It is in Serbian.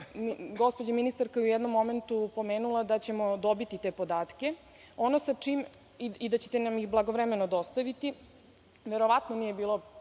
Gospođa ministarka je u jednom momentu pomenula da ćemo dobiti te podatke i da ćete nam ih blagovremeno dostaviti. Verovatno nije bilo